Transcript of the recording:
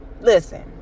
Listen